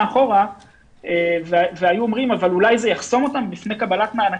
אחורה והיו אומרים אבל אולי זה יחסום אותם בפני קבלת מענקים,